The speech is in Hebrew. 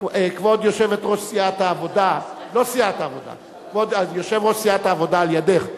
כבוד יושבת-ראש מפלגת העבודה, אומנם אמרו,